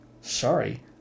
sorry